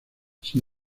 sin